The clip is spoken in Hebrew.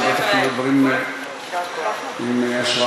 אז הוא בטח יגיד דברים עם השראה.